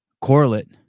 Correlate